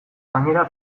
gainera